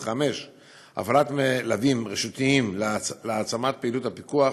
5. הפעלת מלווים רשותיים להעצמת פעילות הפיקוח,